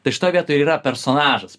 tai šitoj vietoj ir yra personažas